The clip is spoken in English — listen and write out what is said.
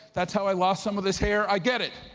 that's how i lost some of this hair. i get it,